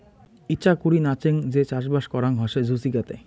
ইচাকুরি নাচেঙ যে চাষবাস করাং হসে জুচিকাতে